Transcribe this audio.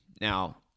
Now